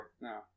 No